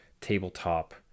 tabletop